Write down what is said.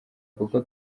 kuko